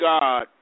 God